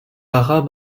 haras